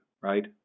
right